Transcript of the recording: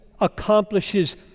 accomplishes